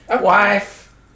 Wife